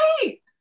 Great